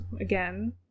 again